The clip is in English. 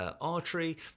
artery